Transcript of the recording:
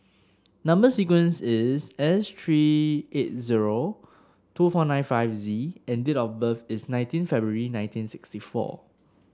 number sequence is S three eight zero two four nine five Z and date of birth is nineteen February nineteen sixty four